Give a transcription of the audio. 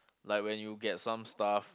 like when you get some stuff